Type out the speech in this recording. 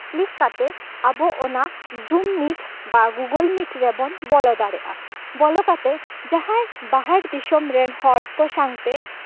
click ᱠᱟᱛᱮᱫ ᱟᱵᱚ ᱚᱱᱟ ᱡᱩᱢ ᱢᱤᱴ ᱵᱟ ᱜᱩᱜᱩᱞ ᱢᱤᱴ ᱨᱮᱵᱚᱱ ᱵᱚᱞᱚ ᱫᱟᱲᱮᱭᱟᱜᱼᱟ ᱵᱚᱞᱚ ᱠᱟᱛᱮᱫ ᱡᱟᱦᱟᱸᱭ ᱵᱟᱦᱮᱨ ᱫᱤᱥᱚᱢ ᱨᱮᱱ ᱦᱚᱲ ᱠᱚ ᱥᱟᱶᱛᱮ